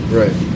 right